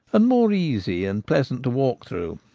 and more easy and pleasant to walk through,